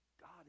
God